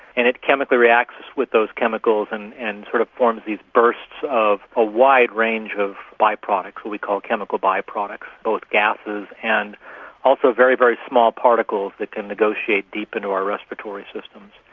and it chemically reacts with those chemicals and and sort of forms these bursts of a wider range of byproducts, what we call chemical byproducts, both gases and also very, very small particles that can negotiate deep into our respiratory systems.